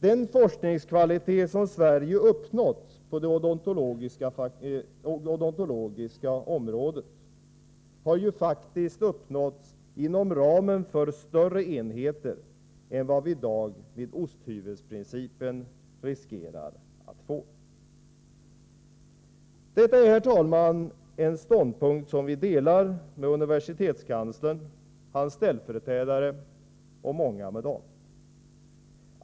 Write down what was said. Den forskningskvalitet som Sverige uppnått på det odontologiska området har faktiskt uppnåtts inom ramen för större enheter än vad vi i dag med osthyvelsprincipen riskerar att få. Detta är, herr talman, en ståndpunkt som vi delar med universitetskanslern, hans ställföreträdare och många med dem.